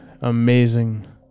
amazing